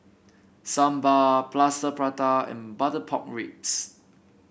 sambal Plaster Prata and Butter Pork Ribs